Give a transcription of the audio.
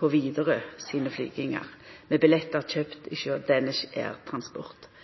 på Widerøe sine flygingar med billettar kjøpte hos Danish Air Transport.